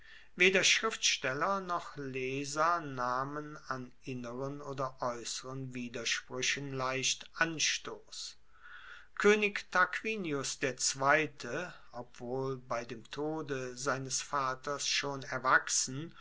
weder schriftsteller noch leser nahmen an inneren oder aeusseren widerspruechen leicht anstoss koenig tarquinius der zweite obwohl bei dem tode seines vaters schon erwachsen